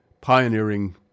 pioneering